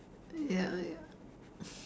ya ya